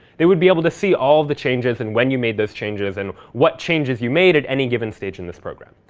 they would be able to see all the changes, and when you made those changes, and what changes you made at any given stage in this program.